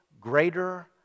greater